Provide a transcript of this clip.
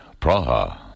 Praha